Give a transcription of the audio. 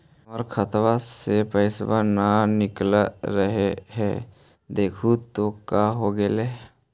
हमर खतवा से पैसा न निकल रहले हे देखु तो का होगेले?